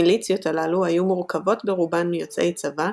המיליציות הללו היו מורכבות ברובן מיוצאי צבא,